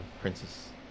princess